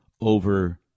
over